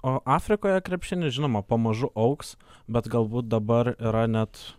o afrikoje krepšinis žinoma pamažu augs bet galbūt dabar yra net